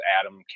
Adam